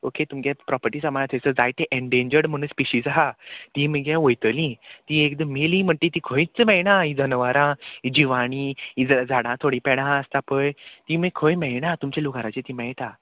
okay तुमगे property सामान थंयसर जायते एंडेंजर्ड म्हणून स्पिशीज आहा ती मगे वयतली ती एकदम मेली म्हणटी ती खंयच मेळना ही जनवरां जिवाणी ही झाडां थोडीं पेडां आसता पळय तीं मागीर खंय मेळना तुमच्या लुगाराचेर ती मेळटा